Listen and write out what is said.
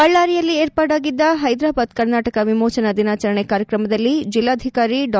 ಬಳ್ಳಾರಿಯಲ್ಲಿ ವಿರ್ಪಾಡಾಗಿದ್ದ ಹೈದರಾಬಾದ್ ಕರ್ನಾಟಕ ವಿಮೋಚನಾ ದಿನಾಚರಣೆ ಕಾರ್ಯಕ್ರಮದಲ್ಲಿ ಜಿಲ್ಲಾಧಿಕಾರಿ ಡಾ